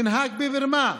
תנהג במרמה,